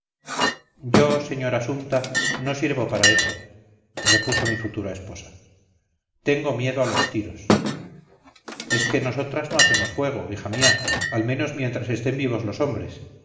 yo señora sumta no sirvo para eso repuso mi futura esposa tengo miedo a los tiros es que nosotras no hacemos fuego hija mía al menos mientras estén vivos los hombres